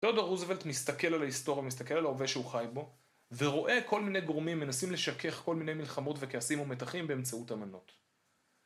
תיאודור רוזוולט מסתכל על ההיסטוריה, מסתכל על ההווה שהוא חי בו ורואה כל מיני גורמים מנסים לשכך כל מיני מלחמות וכעסים ומתחים באמצעות אמנות.